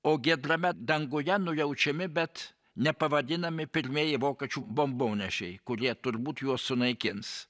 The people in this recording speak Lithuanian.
o giedrame danguje nujaučiami bet nepavadinami pirmieji vokiečių bombonešiai kurie turbūt juos sunaikins